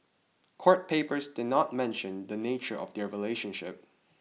court papers did not mention the nature of their relationship